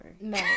No